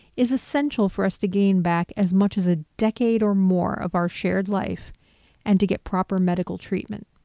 is essential for us to gain back as much as a decade or more of our shared life and to get proper medical treatment.